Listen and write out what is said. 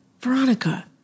Veronica